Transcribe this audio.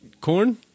Corn